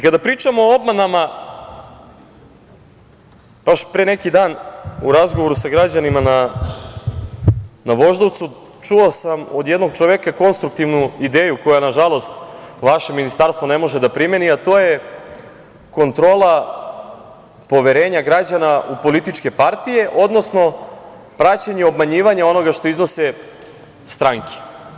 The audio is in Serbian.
Kada pričamo o obmanama, baš pre neki dan u razgovoru sa građanima na Voždovcu, čuo sam od jednog čoveka konstruktivnu ideju koju, nažalost, vaše ministarstvo ne može da primeni, a to je kontrola poverenja građana u političke partije, odnosno praćenje i obmanjivanje onoga što iznose stanke.